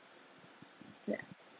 ya